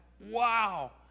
wow